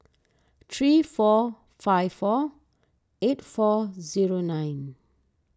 three four five four eight four zero nine